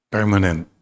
Permanent